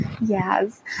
Yes